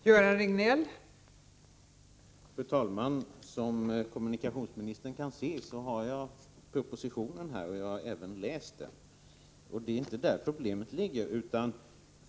Fru talman! Som kommunikationsministern kan se har jag propositionen, och jag har även läst den. Det är inte där problemet ligger.